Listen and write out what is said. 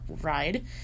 ride